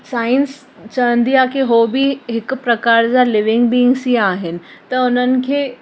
science चवंदी आहे की हो बि हिक प्रकार जा लिविंग बिन्स ई आहिनि त उन्हनि खे